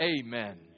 Amen